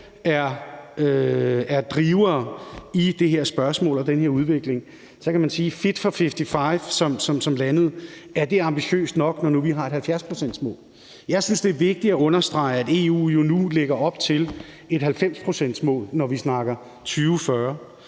er drivere i det her spørgsmål og den her udvikling. Så kan man spørge, om fit for 55, som er landet, er ambitiøst nok, når nu vi har et 70-procentsmål. Jeg synes, det er vigtigt at understrege, at EU jo nu lægger op til et 90-procentsmål, når vi snakker 2040,